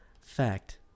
Fact